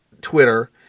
Twitter